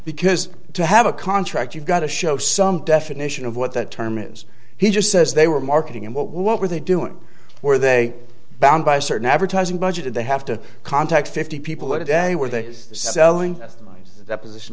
because to have a contract you've got to show some definition of what that term is he just says they were marketing and what what were they doing were they bound by a certain advertising budget and they have to contact fifty people a day were they just selling that position